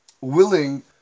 willing